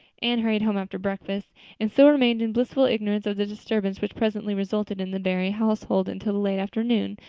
anne hurried home after breakfast and so remained in blissful ignorance of the disturbance which presently resulted in the barry household until the late afternoon,